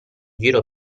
giro